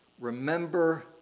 remember